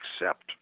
accept